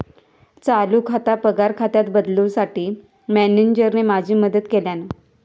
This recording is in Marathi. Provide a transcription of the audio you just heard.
चालू खाता पगार खात्यात बदलूंसाठी मॅनेजरने माझी मदत केल्यानं